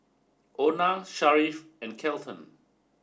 Ona Sharif and Kelton